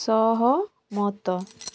ସହମତ